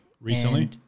Recently